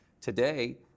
Today